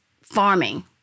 farming